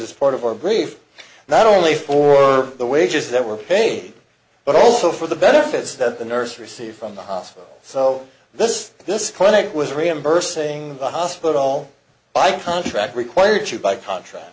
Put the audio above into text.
it's part of our brief not only for the wages that were paid but also for the better bits that the nurse received from the hospital so this this clinic was reimbursed saying the hospital by contract required to by contract